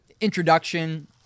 introduction